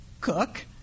Cook